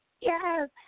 Yes